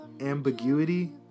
ambiguity